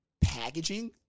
packaging